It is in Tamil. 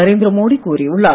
நரேந்திர மோடி கூறியுள்ளார்